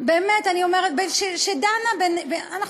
זה נכון, זה נכון.